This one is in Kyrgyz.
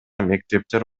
мектептер